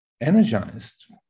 energized